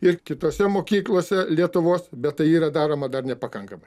ir kitose mokyklose lietuvos bet tai yra daroma dar nepakankamai